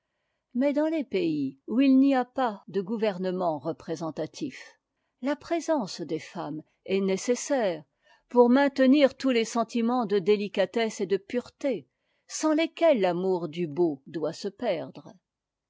mais dans les pays où il n'y a pas de gouvernement représentatif la présence des femmes est nécessaire pour maintenir tous les sentiments de délicatesse et de pureté sans lesquels l'amour du beau doit se perdre